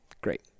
Great